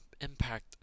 impact